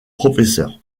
professeur